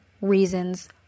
reasons